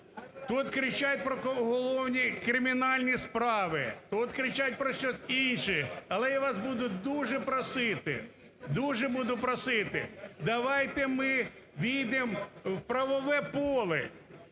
Тут кричать про кримінальні справи, тут кричать про щось інше, але я вас буду дуже просити, дуже буду просити, давайте ми ввійдемо в правове поле.